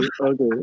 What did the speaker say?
okay